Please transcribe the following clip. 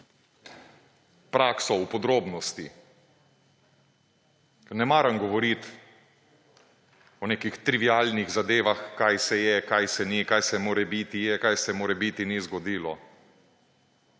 prakso v podrobnosti. Ne maram govoriti o nekih trivialnih zadevah, kaj se je, kaj se ni, kaj se morebiti je, kaj se morebiti ni zgodilo,